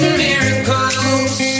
miracles